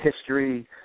history